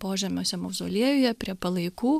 požemiuose mauzoliejuje prie palaikų